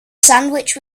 sandwich